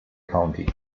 county